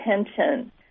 attention